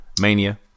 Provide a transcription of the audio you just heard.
Mania